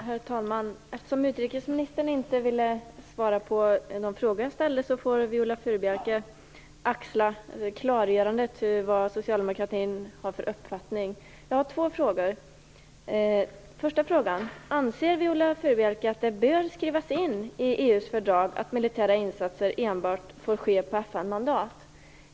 Herr talman! Eftersom utrikesministern inte ville svara på de frågor jag ställde får Viola Furubjelke axla klargörandets mantel och tala om vad socialdemokratin har för uppfattning. Jag har två frågor. Den första frågan är: Anser Viola Furubjelke att det bör skrivas in i EU:s fördrag att militära insatser enbart får ske med FN-mandat?